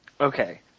Okay